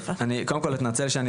קודם כול, אני מתנצל שאני